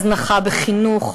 הזנחה בחינוך,